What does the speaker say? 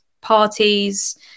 parties